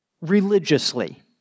religiously